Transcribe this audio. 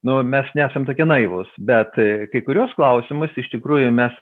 na o mes nesam tokie naivūs bet kai kuriuos klausimus iš tikrųjų mes